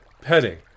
petting